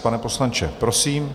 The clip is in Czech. Pane poslanče, prosím.